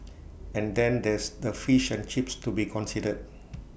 and then there's the fish and chips to be considered